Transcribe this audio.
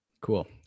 Cool